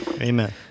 Amen